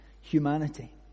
humanity